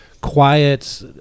quiet